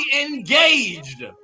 engaged